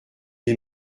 des